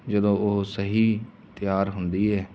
ਜਦੋਂ ਉਹ ਸਹੀ ਤਿਆਰ ਹੁੰਦੀ ਹੈ